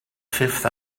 fifth